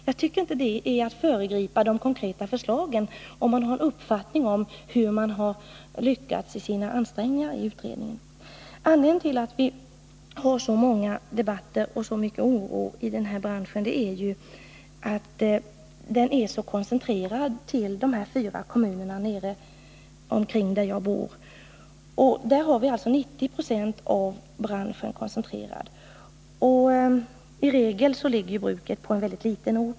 Jag tycker inte att man föregriper de konkreta förslagen om man redovisar en uppfattning om hur utredningen har lyckats i sina ansträngningar. Anledningen till att det förekommer så många debatter om den här Nr 25 branschen och till att man inom branschen känner så mycken oro är att den är Måndagen den så koncentrerad till de här fyra kommunerna omkring den ort där jag bor. 17 november 1980 90 20 av branschen är koncentrerad dit. I regel ligger bruken på en mycket liten ort.